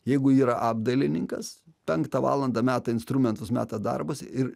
jeigu yra apdailininkas penktą valandą meta instrumentus meta darbus ir